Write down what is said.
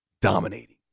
dominating